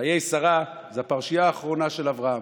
חיי שרה זו הפרשייה האחרונה של אברהם.